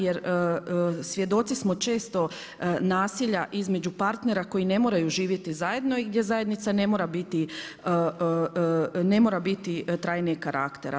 Jer svjedoci smo često nasilja između partnera koji ne moraju živjeti zajedno i gdje zajednica ne mora biti, ne mora biti trajnijeg karaktera.